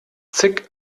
zig